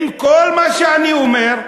עם כל מה שאני אומר,